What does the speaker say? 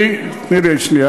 אני, היישום, תני לי שנייה.